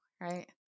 right